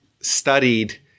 studied